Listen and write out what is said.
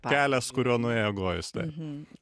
kelias kuriuo nuėjo gojus taip